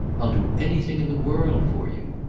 i'll do anything in the world for you!